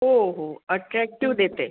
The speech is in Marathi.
हो हो अट्रॅक्टिव देते